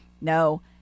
No